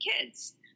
kids